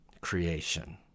creation